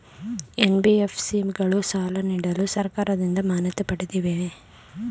NBFC ಗಳು ಸಾಲ ನೀಡಲು ಸರ್ಕಾರದಿಂದ ಮಾನ್ಯತೆ ಪಡೆದಿವೆಯೇ?